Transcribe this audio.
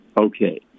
okay